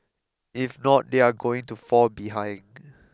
if not they are going to fall behind